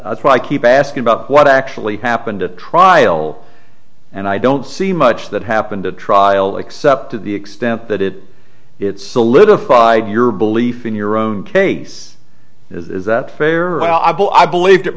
that's why i keep asking about what actually happened at trial and i don't see much that happened at trial except to the extent that it it's a little fide your belief in your own case is that i will i believed it